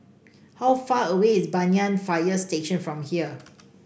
how far away is Banyan Fire Station from here